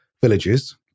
villages